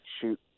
shoot